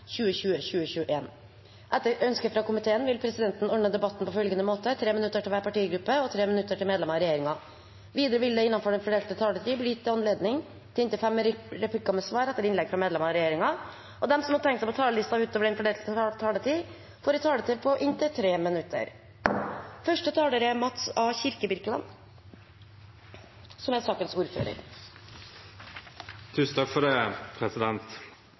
1. Etter ynske frå utdannings- og forskningskomiteen vil presidenten ordna debatten slik: 3 minutt til kvar partigruppe og 3 minutt til medlemer av regjeringa. Vidare vil det – innanfor den fordelte taletida – bli gjeve høve til inntil seks replikkar med svar etter innlegg frå medlemmer av regjeringa, og dei som måtte teikna seg på talarlista utover den fordelte taletida, får ei taletid på inntil 3 minutt. Første talar er Mathilde Tybring-Gjedde, sidan saksordføraren Kent Gudmundsen ikkje er